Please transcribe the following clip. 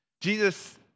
Jesus